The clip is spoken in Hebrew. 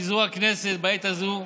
פיזור הכנסת בעת הזו,